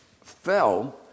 fell